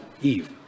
Eve